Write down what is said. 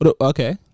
Okay